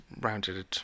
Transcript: rounded